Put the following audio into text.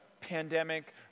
pandemic